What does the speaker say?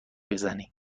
بزنی